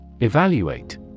Evaluate